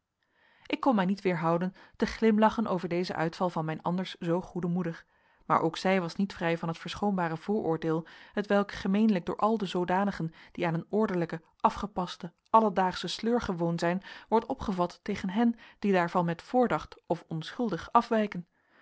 ik kon mij niet weerhouden te glimlachen over dezen uitval van mijn anders zoo goede moeder maar ook zij was niet vrij van het verschoonbare vooroordeel hetwelk gemeenlijk door al de zoodanigen die aan een ordelijke afgepaste alledaagsche sleur gewoon zijn wordt opgevat tegen hen die daarvan met voordacht of onschuldig afwijken